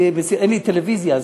אין לי טלוויזיה,